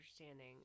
understanding